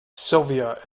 silvia